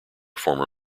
former